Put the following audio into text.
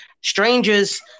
Strangers